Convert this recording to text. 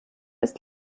ist